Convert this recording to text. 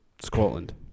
Scotland